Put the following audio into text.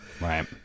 Right